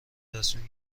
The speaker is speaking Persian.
تصمیم